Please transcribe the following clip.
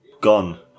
gone